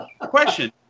question